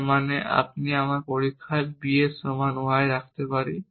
যার মানে আমি আমার পরিকল্পনায় b এর সমান y রাখতে পারি